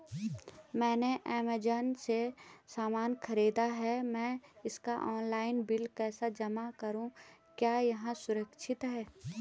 मैंने ऐमज़ान से सामान खरीदा है मैं इसका ऑनलाइन बिल कैसे जमा करूँ क्या यह सुरक्षित है?